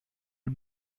del